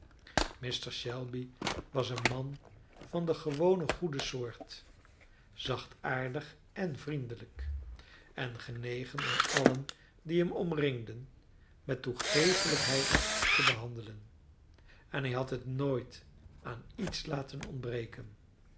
mr shelby was een man van de gewone goede soort zachtaardig en vriendelijk en genegen om allen die hem omringden met toegeeflijkheid te behandelen en hij had het nooit aan iets laten ontbreken